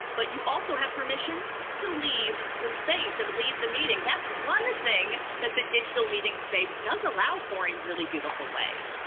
but you also have permission to leave the space and leave the meeting. that's one thing that the digital meeting space does allow for in really beautiful ways.